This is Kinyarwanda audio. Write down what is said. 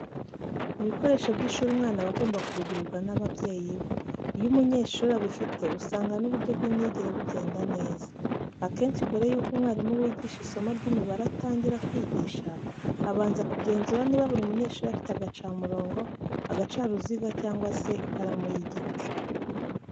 Ibikoresho by'ishuri umwana aba agomba kubigurirwa n'ababyeyi be. Iyo umunyeshuri abifite usanga n'uburyo bw'imyigire bugenda neza. Akenshi mbere yuko umwarimu wigisha isomo ry'imibare atangira kwigisha, abanza kugenzura niba buri munyeshuri afite agacamurongo, agacaruziga cyangwa se ikaramu y'igiti.